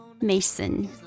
Mason